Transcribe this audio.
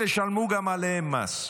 תשלמו גם עליהם מס.